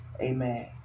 Amen